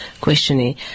questioning